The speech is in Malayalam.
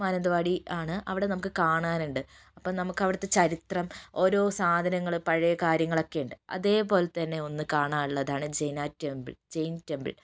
അവിടെ നമുക്ക് കാണാനുണ്ട് അപ്പം നമുക്ക് അവിടത്തെ ചരിത്രം ഓരോ സാധനങ്ങള് പഴയകാര്യങ്ങളൊക്കെ ഉണ്ട് അതേപോലെതന്നെ ഒന്ന് കാണാനുള്ളതാണ് ജൈന ടെമ്പിൾ ജൈൻ ടെമ്പിൾ